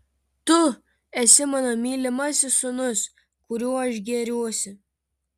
tu esi mano mylimasis sūnus kuriuo aš gėriuosi